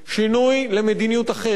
שינוי למדיניות אחרת,